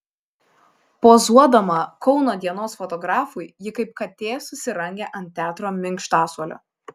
pozuodama kauno dienos fotografui ji kaip katė susirangė ant teatro minkštasuolio